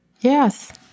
Yes